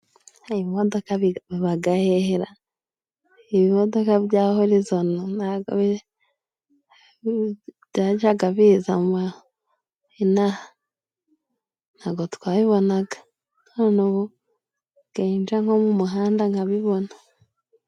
Ibi bimodoka bibagahehe ra? ibimodoka bya horizoni byajyaga biza inaha. Ntago twabibonaga, none ubu nsigaye nja nko mu muhanda nkabibona.